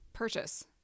Purchase